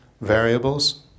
variables